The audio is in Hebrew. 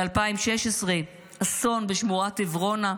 ב-2016 אסון בשמורת עברונה,